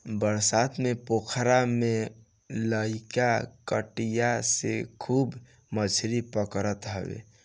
बरसात में पोखरा में लईका कटिया से खूब मछरी पकड़त हवे